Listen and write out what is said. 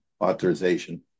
authorization